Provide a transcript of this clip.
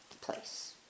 place